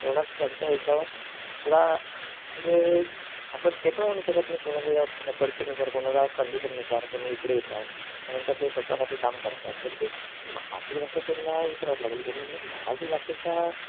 तेवढाच त्यांच्या याच्यावर थोडा म्हणजे आपण ते पण म्हणू शकत नाही कोणाच्या परिस्थितीनुसार कोणाला कंडिशननुसार कोणी इकडे येतात त्यानंतर ते स्वत साठी काम करतात पण ते म मातृभाषा त्यांना विसरावंच लागेल त्यामुळे मराठी भाषेचा